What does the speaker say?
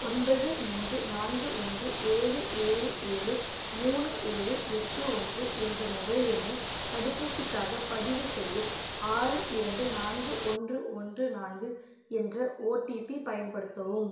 ஒன்பது மூன்று நான்கு ஒன்று ஏழு ஏழு ஏழு மூணு ஏழு எட்டு ஒன்று என்ற மொபைல் எண்ணை தடுப்பூசிக்காகப் பதிவு செய்ய ஆறு இரண்டு நான்கு ஒன்று ஒன்று நான்கு என்ற ஓடிபி பயன்படுத்தவும்